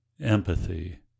empathy